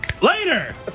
later